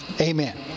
amen